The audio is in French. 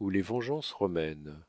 ou les vengeances romaines